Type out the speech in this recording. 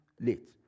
late